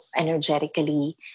energetically